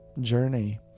journey